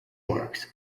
works